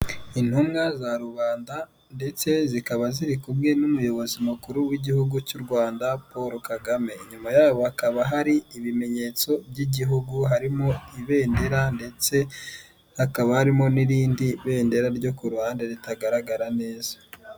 Intumwa za rubanda ndetse zikaba ziri kumwe n'umuyobozi mukuru w'igihugu cy'u rwanda paul kagame nyuma yaho hakaba hari ibimenyetso by'igihugu harimo ibendera ndetse hakaba harimo n'irindi bendera ryo ku ruhande ritagaragara neza.